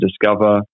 discover